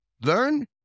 learn